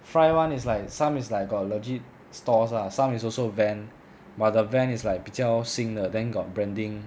fry [one] is like some is like got legit stores ah some is also van but the van is like 比较新的 then got branding